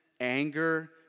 anger